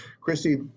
Christy